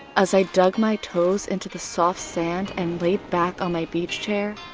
as i dug my toes into the soft sand and laid back on my beach chair,